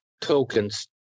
tokens